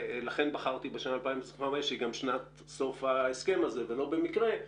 לכן בחרתי בשנת 2025 שהיא גם שנת סוף ההסכם הזה ולא במקרה,